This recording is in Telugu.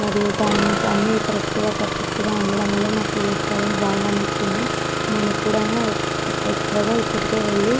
మరియు టైమింగ్స్ అన్ని కరెక్ట్గా పర్ఫెక్ట్గా ఉండడం వల్ల నాకు రెస్టారెంట్ బాగా నచ్చింది నేను ఎప్పుడైనా ఎక్కువగా ఇక్కడికే వెళ్ళి